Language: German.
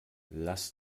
lass